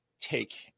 take